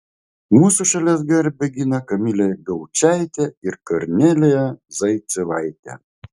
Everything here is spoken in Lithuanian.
mūsų šalies garbę gina kamilė gaučaitė ir kornelija zaicevaitė